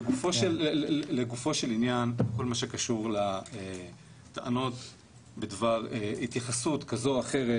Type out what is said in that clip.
לגופו של עניין כל מה שקשור לטענות בדבר התייחסות כזו או אחרת